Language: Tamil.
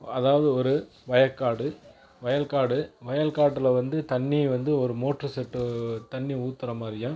அதாவது ஒரு வயற்காடு வயல்காடு வயல்காட்டில் வந்து தண்ணி வந்து ஒரு மோட்ரு செட்டு தண்ணி ஊத்துகிற மாதிரியும்